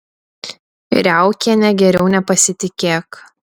riaukiene geriau nepasitikėk